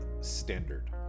standard